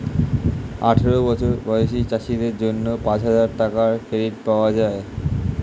আঠারো বছর বয়সী চাষীদের জন্য পাঁচহাজার টাকার ক্রেডিট পাওয়া যায়